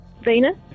Venus